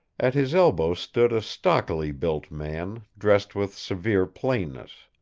at his elbow stood a stockily-built man, dressed with severe plainness.